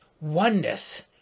oneness